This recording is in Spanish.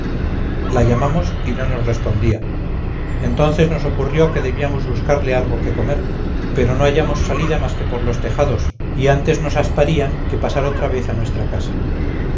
la llamamos y no nos respondía entonces nos ocurrió que debíamos buscarle algo que comer pero no hallamos salida más que por los tejados y antes nos asparían que pasar otra vez a nuestra casa